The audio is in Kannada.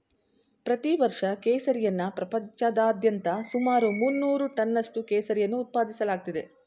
ಪ್ರತಿ ವರ್ಷ ಕೇಸರಿಯನ್ನ ಪ್ರಪಂಚಾದ್ಯಂತ ಸುಮಾರು ಮುನ್ನೂರು ಟನ್ನಷ್ಟು ಕೇಸರಿಯನ್ನು ಉತ್ಪಾದಿಸಲಾಗ್ತಿದೆ